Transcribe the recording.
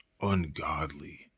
ungodly